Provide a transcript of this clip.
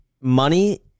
money